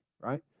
right